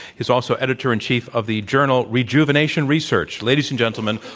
he's also editor in chief of the journal, rejuvenation research. ladies and gentlemen,